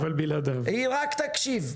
היא רק תקשיב.